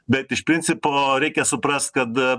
bet iš principo reikia suprast kad